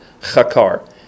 chakar